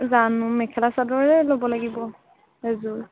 জানো মেখেলা চাদৰেই ল'ব লাগিব এযোৰ